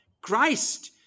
Christ